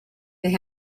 they